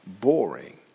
boring